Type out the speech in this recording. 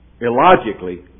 Illogically